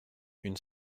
une